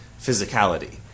physicality